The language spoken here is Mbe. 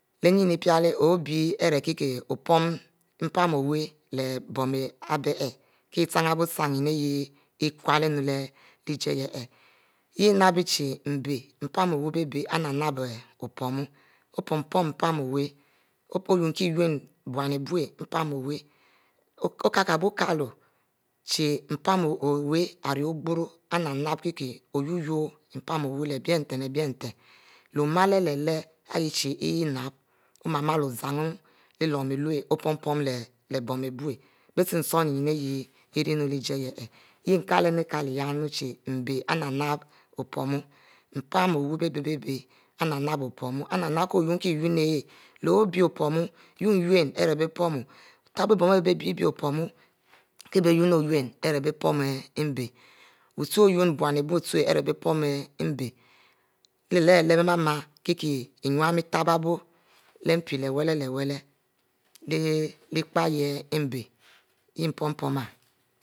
Leh nyinu Ipiele obie cha ko opom owu leh boun ari bie kie chin-chin nyin ari hey-ihieh kule ijie ari yeh nap chie mbe mpan o'h bie bieh opom, opom-pom mpan owu, opon mie chie unn bounn ari bia mpon owu ori kiele-kiele chie mpan owu ari ogro nap-nap kie oyu-yuro mpan owu leh oyu yuro leh biele nten leh biele nten leh oma leleh yah chie inap omale-male ozannu leh lum Iwu opom-pom leh boun ari biu biechin-chin nyia yah ari ijie yeh kielo-kielo chie chie mbe nap-nap opom mpan owu bie-bie nap-nap opom nap-nap k'o unnie-unnie ari hay leh obie opom, unnie ari pomu, utubiuo bon ari abie bet bie otine biun ari bie-bie opomu kie bie uinne ari bie pomu mbe wu chu oyenn biunn abiu ari bie pomu mbe kieleh leh bie ma-ma kie ininu iyurabiuo leh mpi leh wu-wu leh